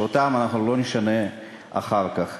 שלא נשנה אחר כך,